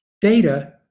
Data